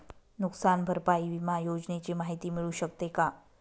नुकसान भरपाई विमा योजनेची माहिती मिळू शकते का?